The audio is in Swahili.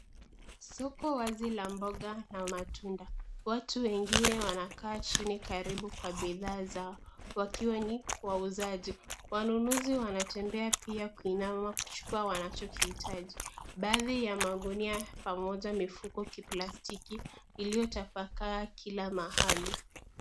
Soko wazi la mboga na matunda. Watu wengine wanakaa chini karibu kwa bidhaa zao wakiwa ni wauzaji. Wanunuzi wanatembea pia kuinama kuchukua wanacho kiitaji. Baadhi ya magunia pamoja mifugo ya plastiki iliyotapakaa kila mahali.